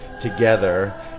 together